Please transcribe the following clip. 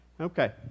Okay